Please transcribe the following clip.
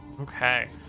Okay